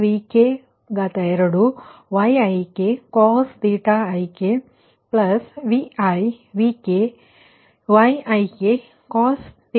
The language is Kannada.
ಇದೀಗ Pki ಸರಿಯಲ್ಲವೇ